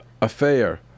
affair